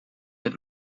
with